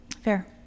fair